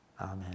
Amen